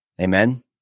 Amen